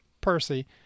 Percy